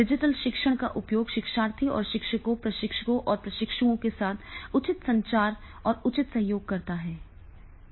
digital शिक्षण का उपयोग शिक्षार्थियों और शिक्षकों प्रशिक्षकों और प्रशिक्षुओं के साथ उचित संचार और उचित सहयोग करता है